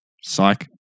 Psych